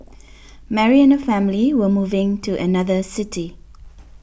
Mary and her family were moving to another city